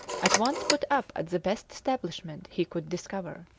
at once put up at the best establishment he could discover.